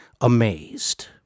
amazed